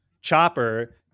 Chopper